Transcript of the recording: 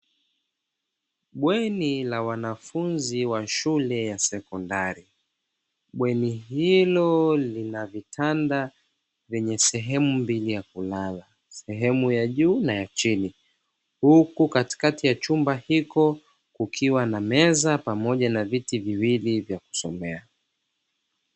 Bweni la wanafunzi wa shule ya sekondari, bweni hilo lina vitanda vyenye sehemu mbili ya kulala, sehemu ya juu na ya chini, huku katikati ya chumba hiko kukiwa na meza pamoja na viti viwili vya kusomea.